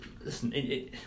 listen